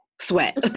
sweat